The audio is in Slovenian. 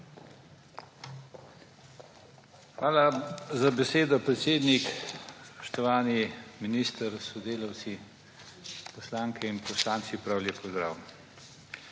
Hvala za besedo, predsednik. Spoštovani minister s sodelavci, poslanke in poslanci, prav lep pozdrav!